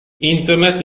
internet